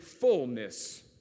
fullness